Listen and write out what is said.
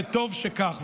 וטוב שכך.